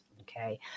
Okay